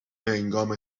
بههنگام